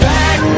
back